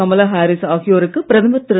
Kamala Harris ஆகியோருக்கு பிரதமர் திரு